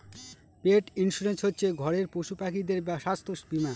পেট insurance হচ্ছে ঘরের পশুপাখিদের স্বাস্থ্য বীমা